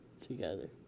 together